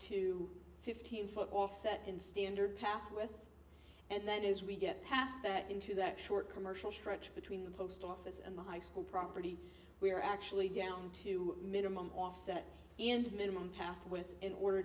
to fifteen foot offset in standard path with and then as we get past that into that short commercial stretch between the post office and the high school property we are actually down to minimum offset in minimum path with in order